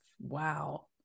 wow